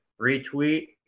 retweet